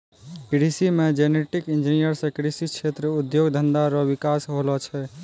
कृषि मे genetic engineer से कृषि क्षेत्र उद्योग धंधा रो विकास होलो छै